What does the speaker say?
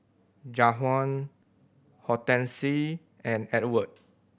Jajuan Hortense and Edward